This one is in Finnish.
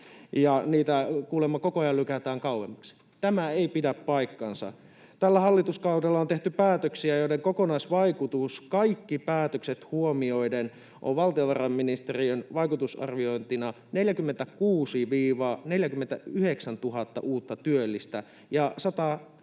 niitä kuulemma koko ajan lykätään kauemmaksi. Tämä ei pidä paikkaansa. Tällä hallituskaudella on tehty päätöksiä, joiden kokonaisvaikutus kaikki päätökset huomioiden on valtiovarainministeriön vaikutusarviointina 46 000—49 000 uutta työllistä ja 560